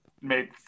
made